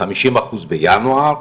חמישים אחוז בינואר,